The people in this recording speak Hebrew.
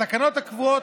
התקנות הקבועות,